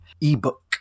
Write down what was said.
ebook